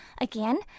Again